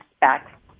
back